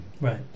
Right